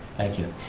thank you.